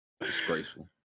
Disgraceful